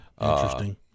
Interesting